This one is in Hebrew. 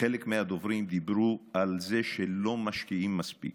חלק מהדוברים דיברו על זה שלא משקיעים מספיק.